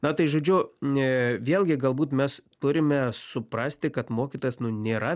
na tai žodžiu vėlgi galbūt mes turime suprasti kad mokytojas nu nėra